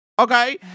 Okay